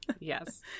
yes